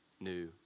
new